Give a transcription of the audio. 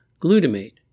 glutamate